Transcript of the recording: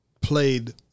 played